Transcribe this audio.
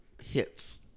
hits